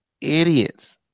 Idiots